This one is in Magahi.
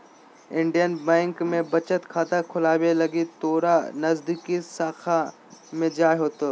इंडियन बैंक में बचत खाता खोलावे लगी तोरा नजदीकी शाखा में जाय होतो